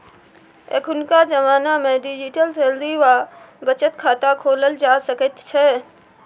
अखुनका जमानामे digital salary वा बचत खाता खोलल जा सकैत छै